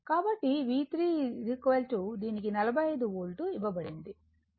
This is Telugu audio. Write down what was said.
కాబట్టి V3 దీనికి 45 వోల్ట్ ఇవ్వబడింది